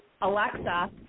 Alexa